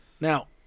Now